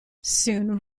soon